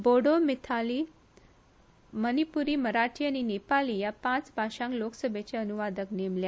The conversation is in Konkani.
बोडो मिथीली मणिपूरी मराठी आनी नेपाली या पाच भाषांक लोक सभेचे अनुवादक नेमल्या